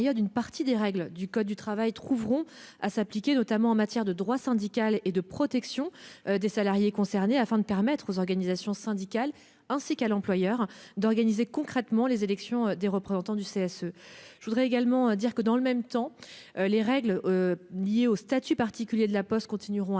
certaines dispositions du code du travail trouveront à s'appliquer, notamment en matière de droit syndical et de protection des salariés concernés, afin de permettre aux organisations syndicales, ainsi qu'à l'employeur, d'organiser concrètement les élections des représentants du personnel aux CSE. Dans le même temps, les règles liées au statut particulier de La Poste continueront à